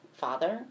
father